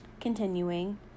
continuing